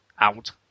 out